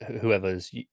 whoever's